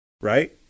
Right